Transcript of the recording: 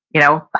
you know? but